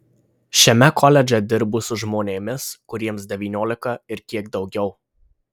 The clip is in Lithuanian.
šiame koledže dirbu su žmonėmis kuriems devyniolika ir kiek daugiau